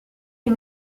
les